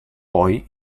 poi